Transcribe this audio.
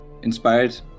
inspired